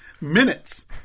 Minutes